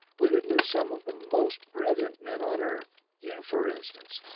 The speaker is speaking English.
we would lose some of the most brilliant men on earth. you, for instance,